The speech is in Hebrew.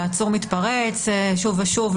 שהעצור מתפרץ שוב ושוב,